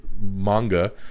Manga